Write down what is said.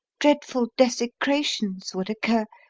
dreadful desecrations would occur,